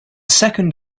second